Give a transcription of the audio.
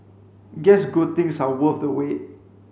guess good things are worth the wait